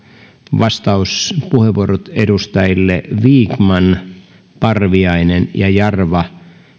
vastauspuheenvuorot edustajille vikman parviainen jarva